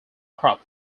crop